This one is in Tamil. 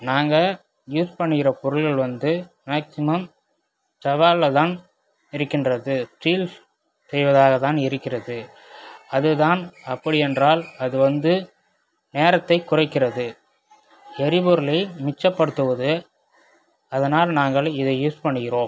நாங்கள் யூஸ் பண்ணுகிற பொருள்கள் வந்து மேக்சிமம் டவாவில்தான் இருக்கின்றது ஸ்டீல் செய்வதாகதான் இருக்கிறது அதுதான் அப்படி என்றால் அது வந்து நேரத்தை குறைக்கிறது எரிபொருளை மிச்சப்படுத்துவது அதனால் நாங்கள் இதை யூஸ் பண்ணுகிறோம்